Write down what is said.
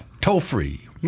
toll-free